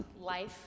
life